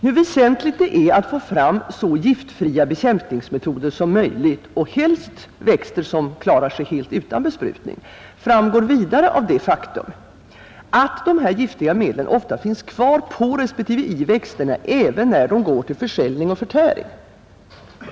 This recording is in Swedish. Hur väsentligt det är att få fram så giftfria bekämpningsmetoder som möjligt och helst växter som klarar sig helt utan besprutning, framgår vidare av det faktum att de giftiga medlen ofta finns kvar på respektive i växterna även när de går till försäljning och förtäring.